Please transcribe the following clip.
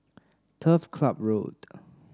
Turf Club Road